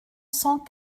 cent